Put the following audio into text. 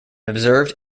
observed